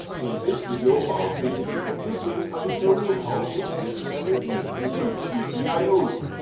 in this video about physical computing i will show you, how to switch ah leds using gpios